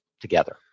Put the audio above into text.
together